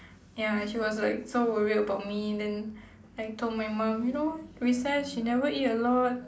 ya she was like so worried about me then like told my mom you know recess she never eat a lot